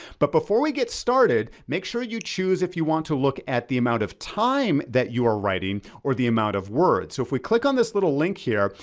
but before we get started, make sure you choose if you want to look at the amount of time that you are writing, or the amount of words. so if we click on this little link here,